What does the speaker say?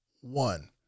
One